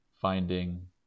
finding